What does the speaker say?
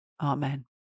Amen